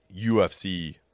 UFC